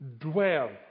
dwell